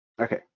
okay